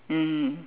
mm